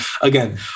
again